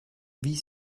wie